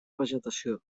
vegetació